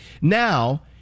Now